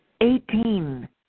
Eighteen